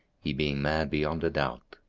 he being mad beyond a doubt.